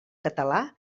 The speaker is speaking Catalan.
català